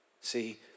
See